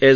S